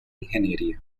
ingeniería